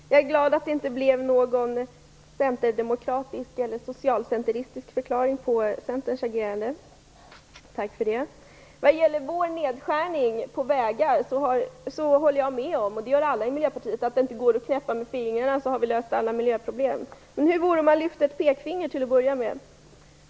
Fru talman! Jag är glad att det inte blev någon centerdemokratisk eller socialcenteristisk förklaring på Centerns agerande. Tack för det. Vad gäller vår nedskärning på vägar håller jag med om, och det gör alla i Miljöpartiet, att det inte går att knäppa med fingrarna och så har vi löst alla miljöproblem. Men hur vore det om man lyfte ett pekfinger till att börja med?